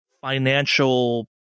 financial